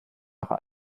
jahre